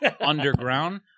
underground